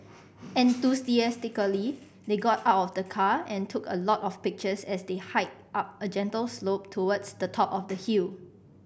enthusiastically they got out of the car and took a lot of pictures as they hiked up a gentle slope towards the top of the hill